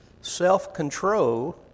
self-control